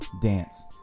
dance